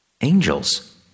angels